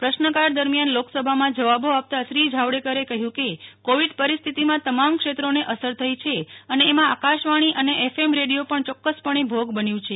પ્રશ્નકાળ દરમિયાન લોકસભામાં જવાબો આપતાં શ્રી જાવડેકરે કહ્યું કે કોવીડ પરિસ્થિતિમાં તમામ ક્ષેત્રોને અસર થઈ છે અને એમાં આકાશવાણી અને એફએમ રેડિયો પણ ચોક્કસપણે ભોગ બન્યું છે